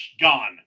gone